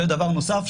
ודבר נוסף,